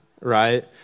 right